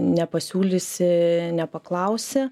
nepasiūlysi nepaklausi